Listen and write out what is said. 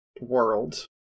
world